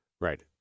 Right